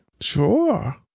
Sure